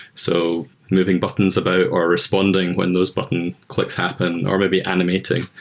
so moving buttons about, or responding when those button clicks happen, or maybe animating.